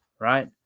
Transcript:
right